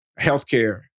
healthcare